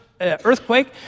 earthquake